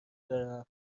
دارم